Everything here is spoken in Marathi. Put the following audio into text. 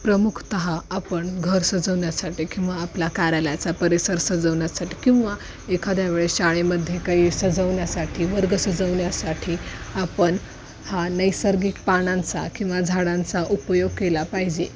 प्रमुखतः आपण घर सजवण्यासाठी किंवा आपला कार्यालयाचा परिसर सजवण्यासाठी किंवा एखाद्या वेळेस शाळेमध्ये काही सजवण्यासाठी वर्ग सजवण्यासाठी आपण हा नैसर्गिक पानांचा किंवा झाडांचा उपयोग केला पाहिजे